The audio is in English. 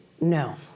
No